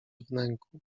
wnęku